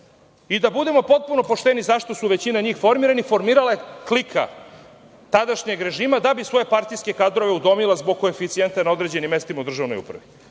Da budemo potpuno pošteni, zašto su oni formirani? Formirala ih je klika tadašnjeg režima da bi svoje partijske kadrove udomila zbog koeficijenta na određenim mestima u državnoj upravi.